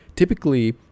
Typically